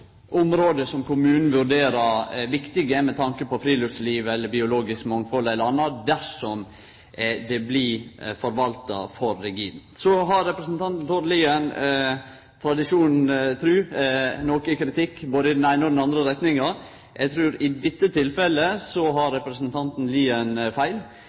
område som kommunane vurderer som viktige med tanke på friluftsliv, biologisk mangfald eller anna. Så har representanten Tord Lien, tradisjonen tru, noko kritikk i både den eine og den andre retninga. Eg trur at i dette tilfellet så har representanten Lien feil.